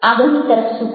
આગળની તરફ ઝૂકો